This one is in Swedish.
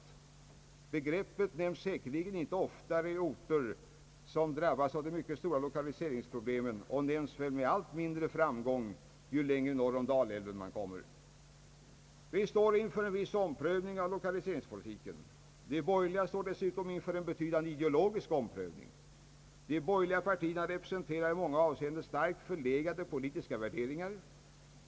De begreppen nämns säkerligen inte ofta i orter som drabbas av de mycket stora lokaliseringsproblemen och nämns väl med allt mindre framgång ju längre norr om Dalälven man kommer. Vi står inför en viss omprövning av lokaliseringspolitiken. De borgerliga står dessutom inför en betydande ideologisk omprövning. De borgerliga partierna representerar i många avseenden starkt förlegade politiska värderingar.